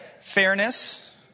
Fairness